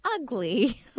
ugly